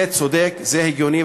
זה צודק, זה הגיוני.